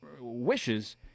wishes